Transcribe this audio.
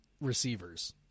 receivers